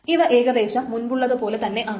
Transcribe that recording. ഇവ ഏകദേശം മുൻപുള്ളതുപോലെ തന്നെയാണ്